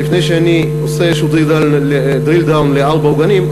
לפני שאני עושה איזשהו drill down לארבעת העוגנים,